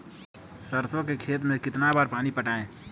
सरसों के खेत मे कितना बार पानी पटाये?